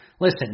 Listen